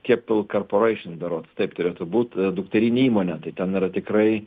keppel corporations berods taip turėtų būt dukterinė įmonė tai ten yra tikrai